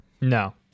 No